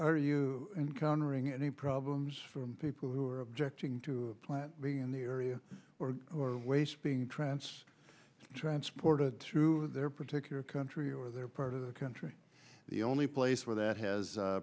you encountering any problems for people who are objecting to plant being in the area or waste being trance transported through their particular country or their part of the country the only place where that has